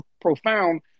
profound